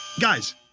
Guys